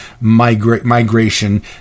Migration